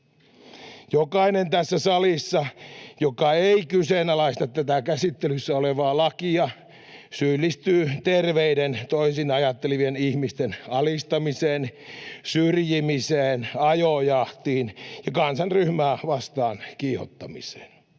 Jokainen tässä salissa, joka ei kyseenalaista tätä käsittelyssä olevaa lakia, syyllistyy terveiden, toisin ajattelevien ihmisten alistamiseen, syrjimiseen, ajojahtiin ja kansanryhmää vastaan kiihottamiseen.